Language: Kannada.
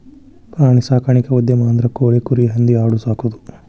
ಪ್ರಾಣಿ ಸಾಕಾಣಿಕಾ ಉದ್ಯಮ ಅಂದ್ರ ಕೋಳಿ, ಕುರಿ, ಹಂದಿ ಆಡು ಸಾಕುದು